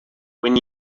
when